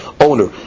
owner